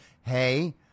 hey